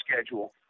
schedule